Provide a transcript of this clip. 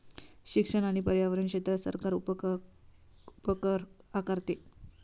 शिक्षण आणि पर्यावरण क्षेत्रात सरकार उपकर आकारते